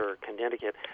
Connecticut